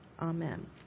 Amen